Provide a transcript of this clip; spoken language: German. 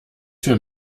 für